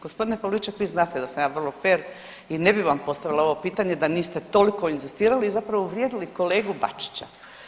Gospodine Pavliček vi znate da sam ja vrlo fer i ne bi vam postavila ovo pitanje da niste toliko inzistirali i zapravo uvrijedili kolegu Bačića.